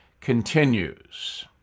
Continues